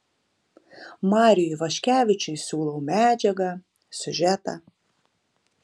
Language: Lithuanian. mariui ivaškevičiui siūlau medžiagą siužetą